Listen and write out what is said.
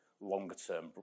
longer-term